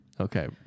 Okay